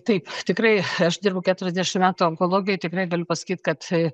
taip tikrai aš dirbu keturiasdešim metų onkologijoj tikrai galiu pasakyt kad